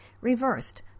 reversed